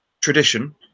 tradition